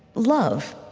love.